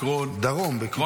עקרון -- דרום, בקיצור.